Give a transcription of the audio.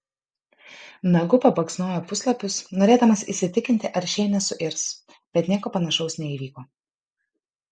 nagu pabaksnojo puslapius norėdamas įsitikinti ar šie nesuirs bet nieko panašaus neįvyko